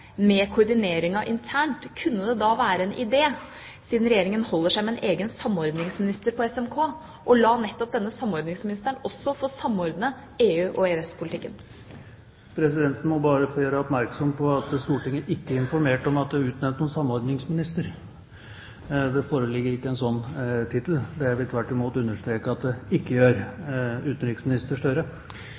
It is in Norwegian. med koordineringa internt, kunne det da være en idé, siden Regjeringa holder seg med en egen samordningsminister på SMK, å la nettopp denne samordningsministeren også få samordne EU- og EØS-politikken? Presidenten må bare få gjøre oppmerksom på at Stortinget ikke er informert om at det er utnevnt noen samordningsminister. Det foreligger ikke en slik tittel – det vil jeg tvert imot understreke at det ikke gjør.